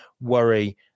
worry